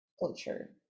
culture